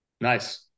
Nice